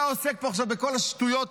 אתה עוסק פה עכשיו בכל השטויות האלה,